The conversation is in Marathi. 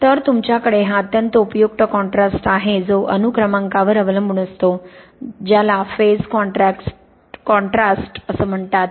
तर तुमच्याकडे हा अत्यंत उपयुक्त कॉन्ट्रास्ट आहे जो अणु क्रमांकावर अवलंबून असतो ज्याला फेज कॉन्ट्रास्ट म्हणतात